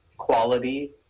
quality